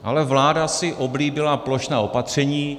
Ale vláda si oblíbila plošná opatření.